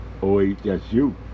OHSU